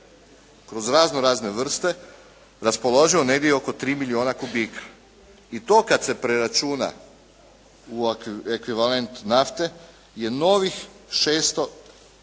kroz raznorazne vrste raspoloživo negdje oko 3 milijuna kubika. I to kada se preračuna u ekvivalent nafte je novih 600 tisuća